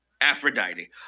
Aphrodite